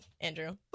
Andrew